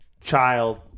child